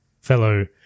Fellow